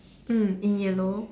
mm in yellow